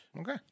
Okay